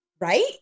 Right